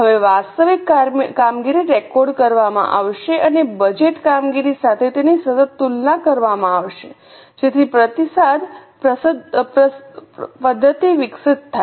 હવે વાસ્તવિક કામગીરી રેકોર્ડ કરવામાં આવશે અને બજેટ કામગીરી સાથે તેની સતત તુલના કરવામાં આવશે જેથી પ્રતિસાદ પદ્ધતિ વિકસિત થાય